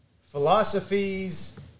philosophies